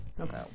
okay